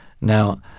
Now